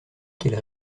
qu’elle